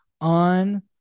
on